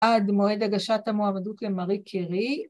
‫עד מועד הגשת המועבדות למרי קרי.